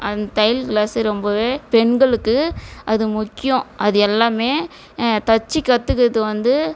அந்த தையல் க்ளாஸ்ஸு ரொம்பவே பெண்களுக்கு அது முக்கியம் அது எல்லாமே தச்சு கற்றுக்கிறது வந்து